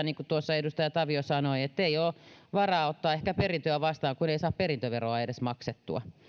niin kuin tuossa edustaja tavio sanoi ettei tosiaan ole varaa ottaa ehkä perintöä vastaan kun ei saa perintöveroa edes maksettua